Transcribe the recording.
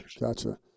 gotcha